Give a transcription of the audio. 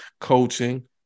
coaching